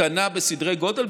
קטנה בסדרי גודל.